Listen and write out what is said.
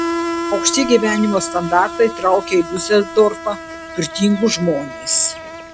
aukšti gyvenimo standartai traukia į diuseldorfą turtingus žmones